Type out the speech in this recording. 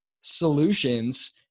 solutions